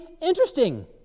interesting